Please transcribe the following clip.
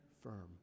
firm